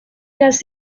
las